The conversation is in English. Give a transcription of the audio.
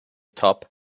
top